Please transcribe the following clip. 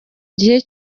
gihe